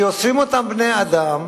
שיוצרים אותן בני-אדם,